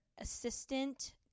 assistant